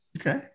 okay